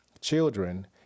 children